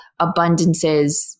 abundances